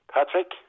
Patrick